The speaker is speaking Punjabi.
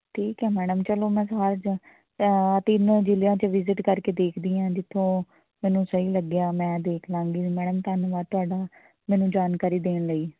ਠੀਕ ਹੈ ਮੈਡਮ ਚਲੋ ਮੈਂ ਸਾਰ ਜਾ ਤਿੰਨ ਜ਼ਿਲ੍ਹਿਆਂ 'ਚ ਵਿਜ਼ਿਟ ਕਰਕੇ ਦੇਖਦੀ ਹਾਂ ਜਿੱਥੋਂ ਮੈਨੂੰ ਸਹੀ ਲੱਗਿਆ ਮੈਂ ਦੇਖ ਲਵਾਂਗੀ ਮੈਡਮ ਧੰਨਵਾਦ ਤੁਹਾਡਾ ਮੈਨੂੰ ਜਾਣਕਾਰੀ ਦੇਣ ਲਈ